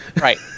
Right